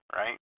right